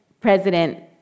President